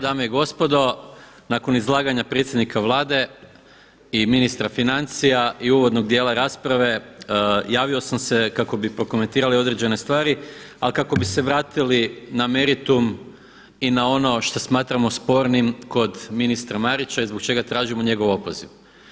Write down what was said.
Dame i gospodo, nakon izlaganja predsjednika Vlade i ministra financija i uvodnog dijela rasprave javio sam se kako bi prokomentirali određene stvari, ali i kako bi se vratili na meritum i na ono što smatramo spornim kod ministra Marića i zbog čega tražim njegov opoziv.